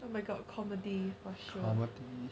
oh my god of comedy for sure